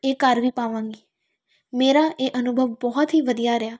ਇਹ ਕਰ ਵੀ ਪਾਵਾਂਗੀ ਮੇਰਾ ਇਹ ਅਨੁਭਵ ਬਹੁਤ ਹੀ ਵਧੀਆ ਰਿਹਾ